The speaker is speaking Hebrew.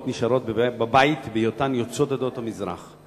נשארות בבית בהיותן יוצאות עדות המזרח.